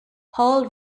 hall